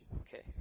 Okay